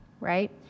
right